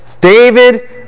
David